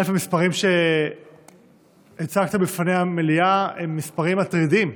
המספרים שהצגת בפני המליאה הם מספרים מטרידים.